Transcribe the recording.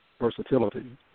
versatility